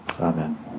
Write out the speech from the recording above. Amen